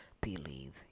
believe